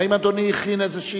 האם אדוני הכין איזו,